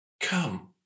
come